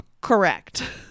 Correct